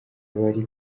abari